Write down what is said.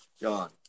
john